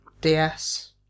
DS